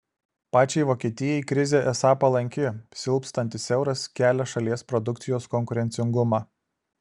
pačiai vokietijai krizė esą palanki silpstantis euras kelia šalies produkcijos konkurencingumą